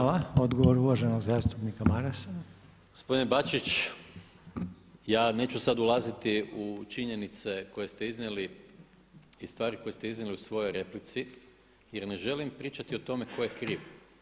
Gospodine Bačić, ja neću sada ulaziti u činjenice koje ste iznijeli i stvari koje ste iznijeli u svojoj replici jer ne želim pričati o tome tko je kriv.